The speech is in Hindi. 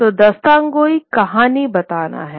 तो दास्तानगोई कहानी बताना है